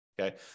okay